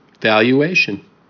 valuation